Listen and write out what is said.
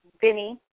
Vinny